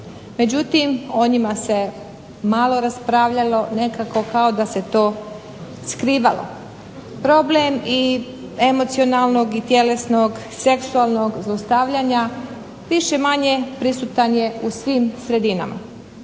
Međutim, o njima se malo raspravljalo, nekako kao da se to skrivalo. Problem i emocionalnog i tjelesnog, seksualnog zlostavljanja više-manje prisutan je u svim sredinama,